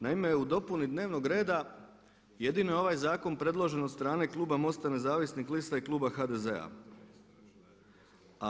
Naime u dopuni dnevnog reda jedino je ovaj zakon predložen od strane kluba MOST-a Nezavisnih lista i kluba HDZ-a.